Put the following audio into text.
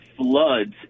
floods